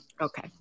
Okay